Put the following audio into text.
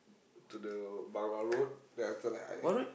to the Bangla-Road then after that I